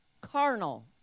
carnal